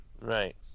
Right